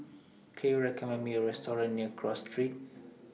Can YOU recommend Me A Restaurant near Cross Street